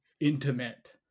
intimate